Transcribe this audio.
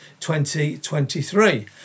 2023